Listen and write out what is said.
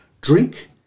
drink